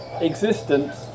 existence